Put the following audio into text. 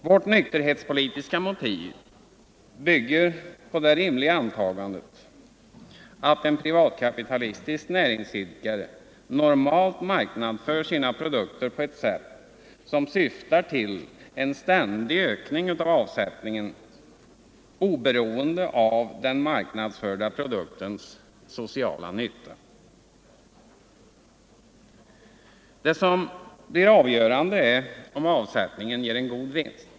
Vårt nykterhetspolitiska motiv bygger på det rimliga antagandet att en privatkapitalistisk näringsidkare normalt marknadsför sina produkter på ett sätt som syftar till en ständig ökning av avsättningen oberoende av den marknadsförda produktens sociala nytta. Det som blir avgörande är om avsättningen ger god vinst.